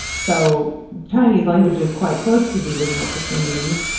so chinese language is quite close to the original picture meanings,